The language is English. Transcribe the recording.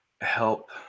help